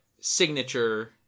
signature